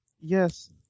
Yes